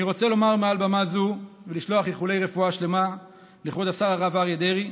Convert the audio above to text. אני רוצה מעל במה זו לשלוח איחולי רפואה שלמה לכבוד השר הרב אריה דרעי,